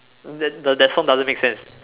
that that song doesn't make sense